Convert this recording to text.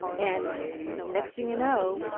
and next thing you know,